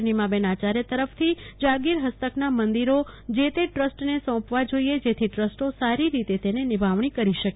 નીમાબેનઆચાર્ય તરફથી જાગીર હસ્તકના મંદિરો જે તે ટ્રસ્ટને સોંપવા જોઇએ જેથી ટ્રસ્ટો સારી રીતે તેની નિભાવણી કરી શકે